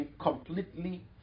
completely